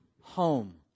home